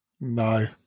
No